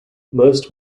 most